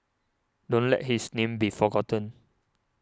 don't let his name be forgotten